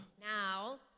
Now